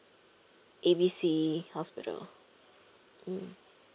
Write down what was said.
A B C hospital mm